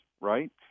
right